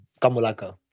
Kamulaka